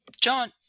John